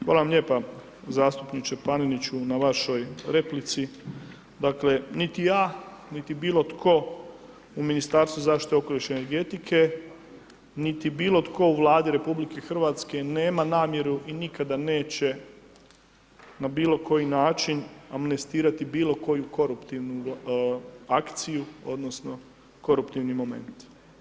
Hvala vam lijepa, zastupniče Paneniću na vašoj replici, dakle niti ja niti bilo tko u Ministarstvu zaštite okoliša i energetike, niti bilo tko u Vladi RH nema namjeru i nikada neće na bilo koji način amnestirati bilo koju koruptivnu akciju odnosno koruptivni moment.